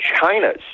China's